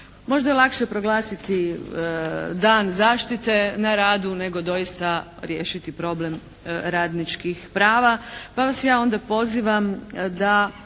Možda je lakše proglasiti dan zaštite na radu nego doista riješiti problem radničkih prava pa vas ja onda pozivam da